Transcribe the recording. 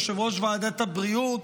יושב-ראש ועדת הבריאות,